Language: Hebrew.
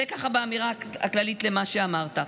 זה ככה באמירה כללית למה שאמרת.